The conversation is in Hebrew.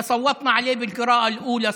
אנחנו הצבענו עליו בקריאה ראשונה,